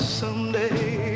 someday